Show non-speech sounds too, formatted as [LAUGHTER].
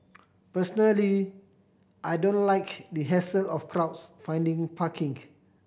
personally I don't like the hassle of crowds finding parking [UNINTELLIGIBLE]